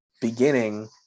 beginning